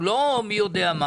הוא לא מי יודע מה